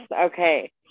okay